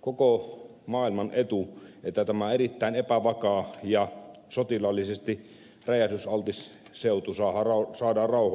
koko maailman etu että tämä erittäin epävakaa ja sotilaallisesti räjähdysaltis seutu saadaan rauhoittumaan